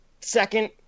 second